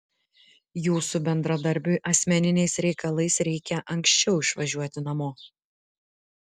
jūsų bendradarbiui asmeniniais reikalais reikia anksčiau išvažiuoti namo